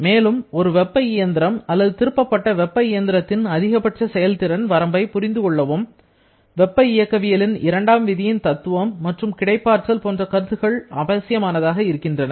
மேலும் ஒரு வெப்ப இயந்திரம் அல்லது திருப்பப்பட்ட வெப்ப இயந்திரத்தின் அதிகப்பட்ச செயல்திறன் வரம்பை புரிந்து கொள்ளவும் வெப்ப இயக்கவியலின் இரண்டாம் விதியின் தத்துவம் மற்றும் கிடைப்பாற்றல் போன்ற கருத்துக்கள் அவசியமானதாக இருக்கின்றன